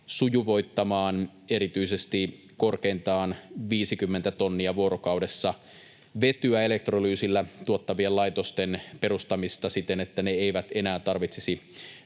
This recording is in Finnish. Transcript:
sujuvoittamaan erityisesti korkeintaan 50 tonnia vuorokaudessa vetyä elektrolyysillä tuottavien laitosten perustamista siten, että ne eivät enää tarvitsisi